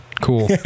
Cool